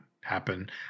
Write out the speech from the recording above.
happen